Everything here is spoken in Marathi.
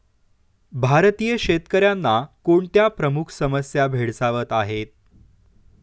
भारतीय शेतकऱ्यांना कोणत्या प्रमुख समस्या भेडसावत आहेत?